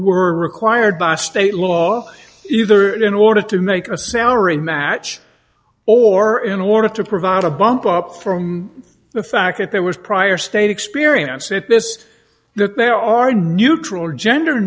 required by state law either in order to make a salary match or in order to to provide a bump up from the fact that there was prior state experience at this that there are neutral gender